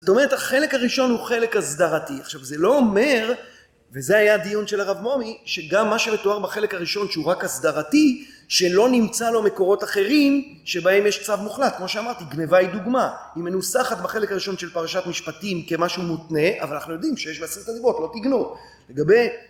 זאת אומרת החלק הראשון הוא חלק הסדרתי, עכשיו זה לא אומר, וזה היה הדיון של הרב מועמי, שגם מה שמתואר בחלק הראשון שהוא רק הסדרתי, שלא נמצא לו מקורות אחרים שבהם יש צו מוחלט, כמו שאמרתי גניבה היא דוגמה, היא מנוסחת בחלק הראשון של פרשת משפטים כמשהו מותנה, אבל אנחנו יודעים שיש בעשרת הדיברות, לא תגנוב לגבי